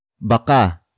Baka